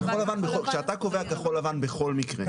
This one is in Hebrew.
כשאתה קובע כחול לבן בכל מקרה,